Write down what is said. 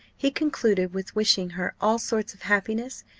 he concluded with wishing her all sorts of happiness,